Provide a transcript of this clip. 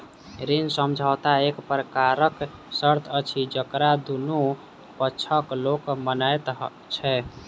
ऋण समझौता एक प्रकारक शर्त अछि जकरा दुनू पक्षक लोक मानैत छै